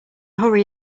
hurry